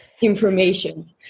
information